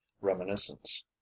reminiscence